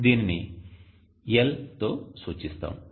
దీనిని L తో సూచిస్తాము